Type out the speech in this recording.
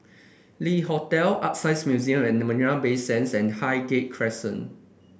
Le Hotel ArtScience Museum at Marina Bay Sands and Highgate Crescent